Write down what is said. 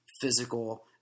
physical